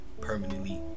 permanently